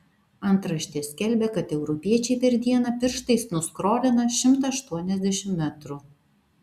antraštė skelbė kad europiečiai per dieną pirštais nuskrolina šimtą aštuoniasdešimt metrų